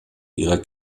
ihrer